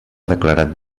declarat